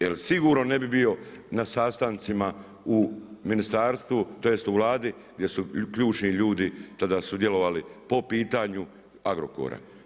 Jer sigurno ne bi bilo na sastancima u ministarstvu, tj u Vladi gdje su ključni ljudi tada sudjelovali po pitanju Agrokora.